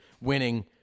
winning